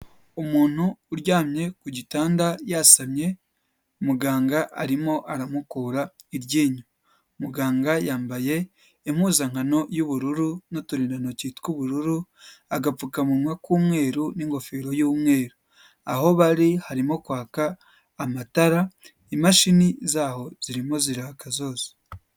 Umuntu uryamye ku gitanda yasamye, muganga arimo aramukura iryinyo, muganga yambaye impuzankano y'ubururu n'uturindantoki tw'ubururu, agapfukamunwa k'umweru n'ingofero y'umweru, aho bari harimo kwaka amatara, imashini zaho zirimo ziraka zose.